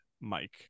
Mike